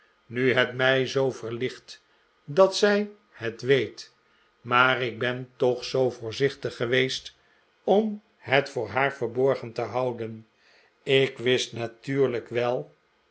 nu het mij zoo verlicht dat zij het weet maar ik ben toch zoo voorzichtig geweest om het voor haar verborgen te houden ik wist natuurlijk wel